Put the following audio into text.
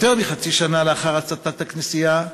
יותר מחצי שנה לאחר הצתת הכנסייה,